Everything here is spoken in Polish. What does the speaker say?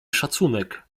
szacunek